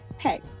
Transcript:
Hey